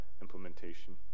implementation